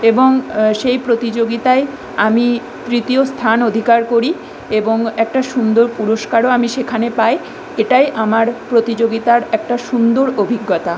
এবং সেই প্রতিযোগিতায় আমি তৃতীয় স্থান অধিকার করি এবং একটা সুন্দর পুরষ্কারও আমি সেখানে পাই এটাই আমার প্রতিযোগিতার একটা সুন্দর অভিজ্ঞতা